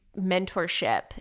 mentorship